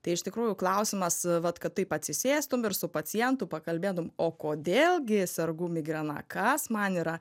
tai iš tikrųjų klausimas vat kad taip atsisėstum ir su pacientu pakalbėtum o kodėl gi sergu migrena kas man yra